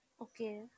Okay